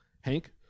hank